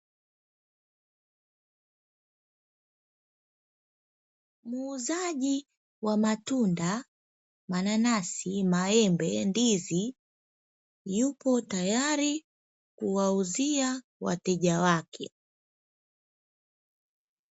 Muuzaji wa matunda mananasi, maembe, ndizi yupo tayari kuwauzia wateja wake.